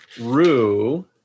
Rue